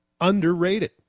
underrated